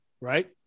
right